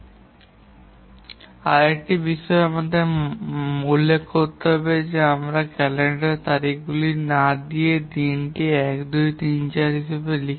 আমাদের আরেকটি বিষয় উল্লেখ করতে হবে এখানে আমরা ক্যালেন্ডারের তারিখগুলি না দিয়ে দিনটি 1 2 3 4 লিখি